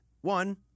one